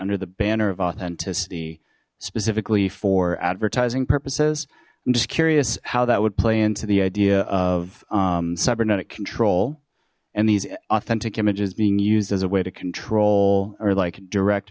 the banner of authenticity specifically for advertising purposes i'm just curious how that would play into the idea of cybernetic control and these authentic images being used as a way to control or like direct